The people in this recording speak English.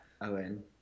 Owen